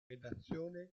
redazione